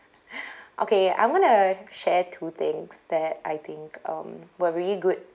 okay I'm gonna share two things that I think um were really good